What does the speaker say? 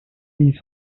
piece